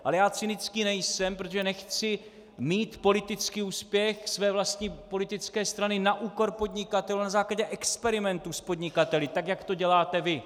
Ale já cynický nejsem, protože nechci mít politický úspěch své vlastní politické strany na úkor podnikatelů, na základě experimentu s podnikateli, jak to děláte vy.